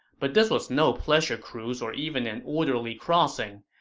but this was no pleasure cruise or even an orderly crossing.